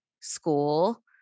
school